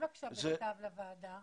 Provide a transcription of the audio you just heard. תשלח בבקשה מכתב לוועדה.